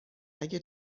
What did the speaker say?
اگه